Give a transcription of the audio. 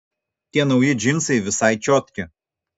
tie nauji džinsai visai čiotki